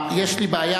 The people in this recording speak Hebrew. יש לי בעיה,